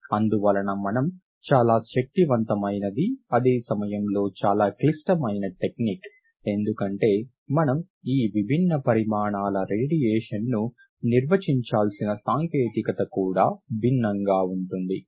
అందువలన మనం చాలా శక్తివంతమైనది అదే సమయంలో చాలా క్లిష్టమైన టెక్నిక్ ఎందుకంటే మనం ఈ విభిన్న పరిమాణాల రేడియేషన్ని నిర్వచించాల్సిన సాంకేతికత కూడా భిన్నంగా ఉంటుంది